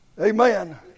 Amen